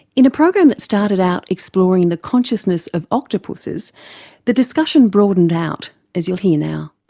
in a program that started out exploring the consciousness of octopuses the discussion broadened out as you'll hear now.